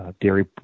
dairy